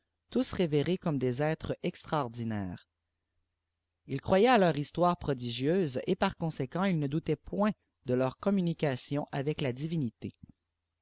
tous révérés comme des êtres extraordinaires ils croyaient à leur histoire prodigieuse et par conséquent ils ne doutaient point de leurs communications avec la divinité